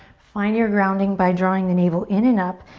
find your grounding by drawing the navel in and up.